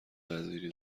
وزیری